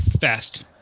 Fast